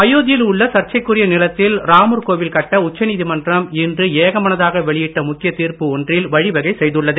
அயோத்தியில் உள்ள சர்ச்சைக்குரிய நிலத்தில் ராமர் கோவில் கட்ட உச்சநீதிமன்றம் இன்று ஏகமனதாக வெளியிட்ட முக்கிய தீர்ப்பு ஒன்றில் வழிவகை செய்துள்ளது